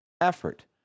effort